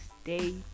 Stay